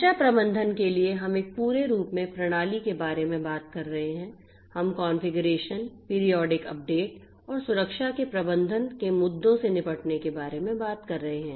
सुरक्षा प्रबंधन के लिए हम एक पूरे रूप में प्रणाली के बारे में बात कर रहे हैं हम कॉन्फ़िगरेशन पीरिऑडिक अपडेट और सुरक्षा के प्रबंधन के मुद्दों से निपटने के बारे में बात कर रहे हैं